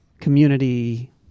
community